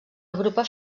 agrupa